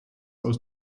aus